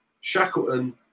Shackleton